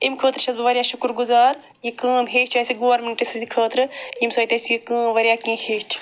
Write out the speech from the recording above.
اَمہِ خٲطرٕ چھَس بہٕ واریاہ شُکُر گُزار یہِ کٲم ہیٚچھ اَسہِ گورمٮ۪نٛٹہٕ سٕنٛدِ خٲطرٕ اَمہِ سۭتۍ اَسہِ یہِ کٲم واریاہ کینٛہہ ہیٚچھ